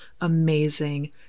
amazing